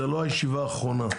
זאת לא הישיבה האחרונה.